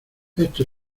esto